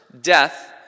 death